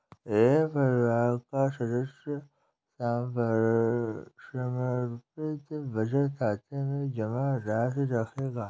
एक परिवार का सदस्य एक समर्पित बचत खाते में जमा राशि रखेगा